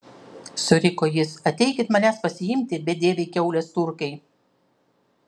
suriko jis ateikit manęs pasiimti bedieviai kiaulės turkai